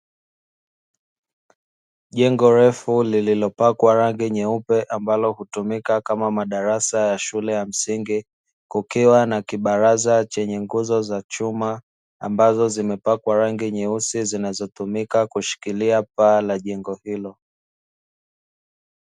Jengo refu lililopakwa rangi nyeupe ambalo hutumika kama madarasa ya shule ya msingi kukiwa na kibaraza chenye nguzo za chuma, ambazo zimepakwa rangi nyeusi zinazotumika kushikilia paa la jengo hilo.